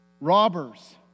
robbers